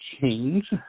change